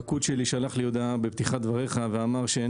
פקוד שלי שלח לי הודעה בפתיחת דבריך ואמר שאין